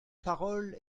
parole